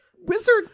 wizard